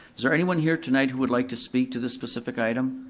is there anyone here tonight who would like to speak to this specific item?